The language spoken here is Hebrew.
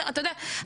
אתה יודע,